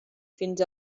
fins